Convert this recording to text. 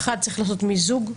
צריך לעשות מיזוג.